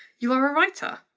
you are a writer.